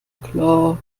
klar